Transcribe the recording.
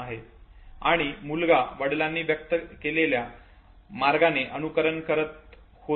जिथे मुलगा वडिलांनी व्यक्त केलेल्या मार्गाचे अनुकरण करत होता